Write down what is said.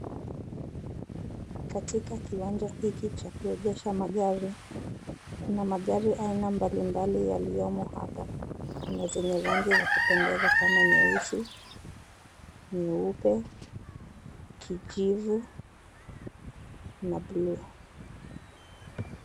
Katika kiwanja hiki cha kuegesha magari, kuna magari mbalimbali yaliyomo hapa na zenye rangi za kupendeza kama nyeusi, nyeupe, kijivu na bluu.